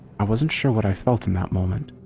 i wasn't sure what i felt in that moment.